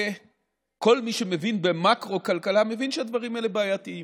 כל מי שמבין במקרו-כלכלה מבין שהדברים האלה בעייתיים.